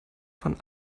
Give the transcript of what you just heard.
von